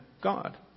God